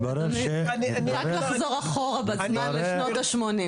אפשר רק לחזור אחורה בזמן לשנות ה-80.